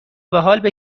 بحال